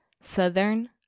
Southern